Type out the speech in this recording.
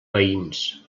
veïns